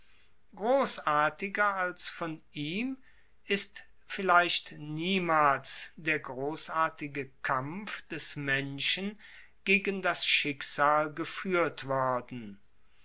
grossartiger als von ihm ist vielleicht niemals der grossartige kampf des menschen gegen das schicksal gefuehrt worden